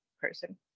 person